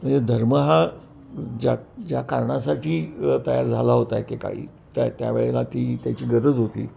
म्हणजे धर्म हा ज्या ज्या कारणासाठी तयार झाला होता आहे की काही त्या त्यावेळेला ती त्याची गरज होती